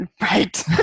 Right